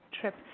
trip